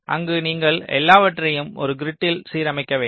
அங்கு நீங்கள் எல்லாவற்றையும் ஒரு கிரிட்டில் சீரமைக்க வேண்டும்